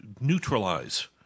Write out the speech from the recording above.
neutralize